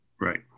Right